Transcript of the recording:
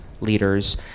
leaders